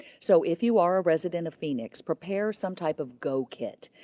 so if you are a resident of phoenix, prepare some type of go kit.